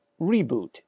reboot